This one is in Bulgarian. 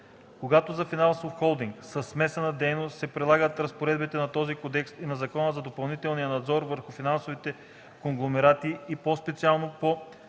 Когато за финансов холдинг със смесена дейност се прилагат разпоредбите на този кодекс и на Закона за допълнителния надзор върху финансовите конгломерати, и по-специално по